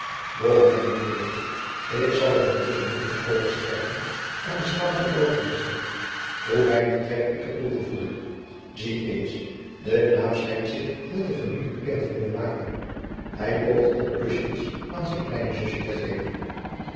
doch mijnentwege ik zal er intusschen nog eens over schrijven aan den spaanschen grootmeester hoe weinig trek ik er toe gevoele zie eens de knaap schijnt zich met de familie bekend te willen maken hij poogt al kusjens aan zijn kleine zusje te geven